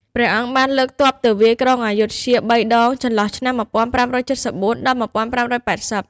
ព្រះអង្គបានលើកទ័ពទៅវាយក្រុងអយុធ្យា ៣ ដងចន្លោះឆ្នាំ ១៥៧៤-១៥៨០ ។